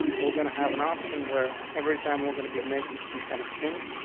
we're gonna have an option where every time we're gonna be making some kind of change,